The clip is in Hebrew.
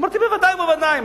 אמרתי: בוודאי ובוודאי.